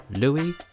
Louis